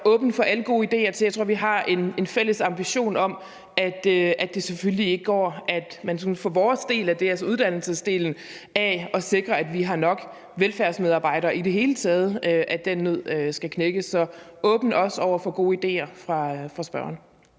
åben for alle gode idéer. Jeg tror, at vi har en fælles ambition om, at det selvfølgelig ikke går, og at man for vores del, altså uddannelsesdelen, skal sikre, at vi har nok velfærdsmedarbejdere, og i det hele taget, at den nød skal knækkes. Så jeg er også åben over for gode idéer fra spørgeren.